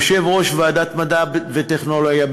יושב-ראש ועדת המדע והטכנולוגיה.